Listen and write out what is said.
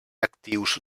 actius